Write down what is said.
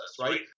right